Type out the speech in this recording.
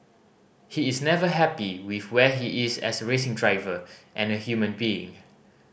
he is never happy with where he is as a racing driver and a human being